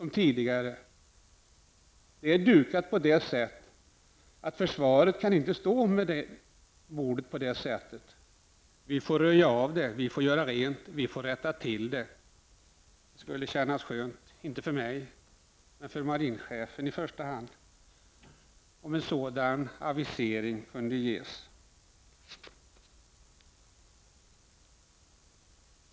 Men försvaret kan inte ha bordet dukat på detta sätt. Vi får röja av det, vi får göra rent, vi får rätta till det. Det skulle kännas skönt -- inte för mig, utan i första hand för marinchefen -- om en sådan avisering kunde göras.